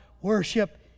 worship